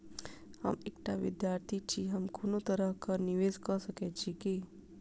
हम एकटा विधार्थी छी, हम कोनो तरह कऽ निवेश कऽ सकय छी की?